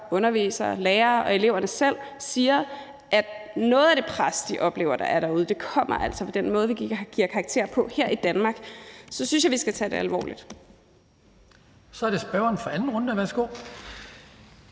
undervisere, lærere og elever selv siger, at noget af det pres, de oplever derude, altså kommer af den måde, vi giver karakterer på her i Danmark, så synes jeg, vi skal tage det alvorligt. Kl. 19:01 Den fg. formand (Hans